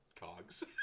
cogs